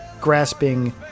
grasping